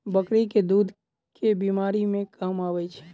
बकरी केँ दुध केँ बीमारी मे काम आबै छै?